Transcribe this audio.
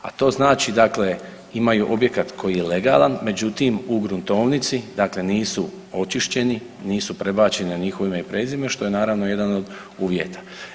A to znači dakle imaju objekat koji je legalan, međutim u gruntovnici dakle nisu očišćeni, nisu prebačeni na njihovo ime i prezime što je naravno jedan od uvjeta.